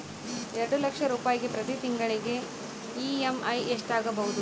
ಎರಡು ಲಕ್ಷ ರೂಪಾಯಿಗೆ ಪ್ರತಿ ತಿಂಗಳಿಗೆ ಇ.ಎಮ್.ಐ ಎಷ್ಟಾಗಬಹುದು?